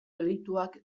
delituak